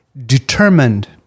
Determined